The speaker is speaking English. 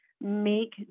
make